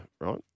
right